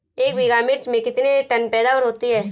एक बीघा मिर्च में कितने टन पैदावार होती है?